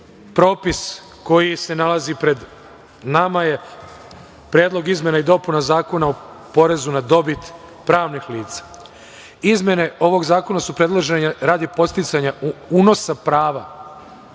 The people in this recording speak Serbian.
propis koji se nalazi pred nama je Predlog izmena i dopuna Zakona o porezu na dobit pravnih lica. Izmene ovog zakona su predložene radi podsticanja unosa prava.